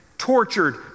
tortured